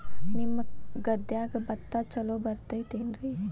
ನಿಮ್ಮ ಗದ್ಯಾಗ ಭತ್ತ ಛಲೋ ಬರ್ತೇತೇನ್ರಿ?